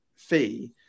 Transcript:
fee